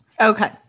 Okay